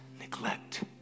neglect